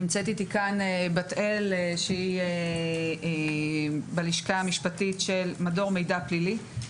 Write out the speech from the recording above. נמצאת איתי כאן בת אל שהיא בלשכה המשפטית של מדור מידע פלילי.